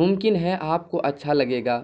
ممکن ہے آپ کو اچھا لگے گا